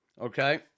okay